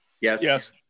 Yes